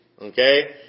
okay